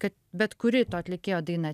kad bet kuri to atlikėjo daina